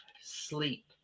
sleep